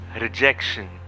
Rejection